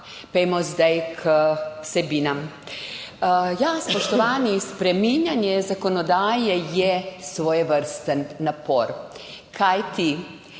pojdimo zdaj k vsebinam. Ja, spoštovani, spreminjanje zakonodaje je svojevrsten napor, kajti